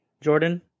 Jordan